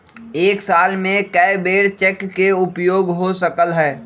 एक साल में कै बेर चेक के उपयोग हो सकल हय